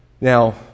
Now